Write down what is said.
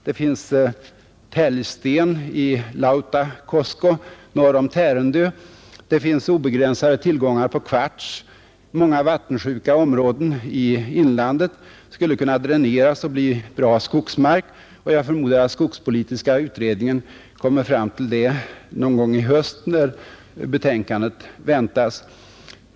Det finns täljsten i Lauttakoski norr om Tärendö. Det finns obegränsade tillgångar på kvarts. Många vattensjuka områden i inlandet skulle kunna dräneras och bli bra skogsmark; jag förmodar att skogspolitiska utredningen kommer fram till det någon gång i höst, då betänkandet väntas.